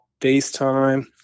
FaceTime